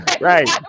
right